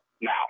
now